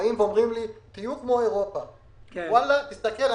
כשאומרים לי: תהיו כמו אירופה תסתכל,